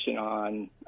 on